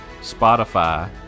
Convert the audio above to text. Spotify